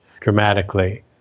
dramatically